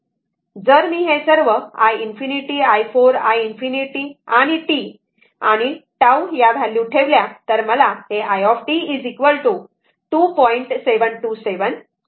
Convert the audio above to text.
जर मी हे सर्व i ∞ i 4 i ∞ आणि t τ व्हॅल्यू ठेवले तर आपल्याला i t 2